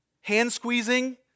hand-squeezing